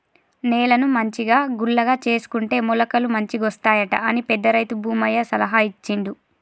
నేలను మంచిగా గుల్లగా చేసుకుంటే మొలకలు మంచిగొస్తాయట అని పెద్ద రైతు భూమయ్య సలహా ఇచ్చిండు